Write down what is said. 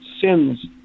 sins